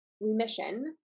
remission